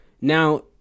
now